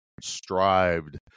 strived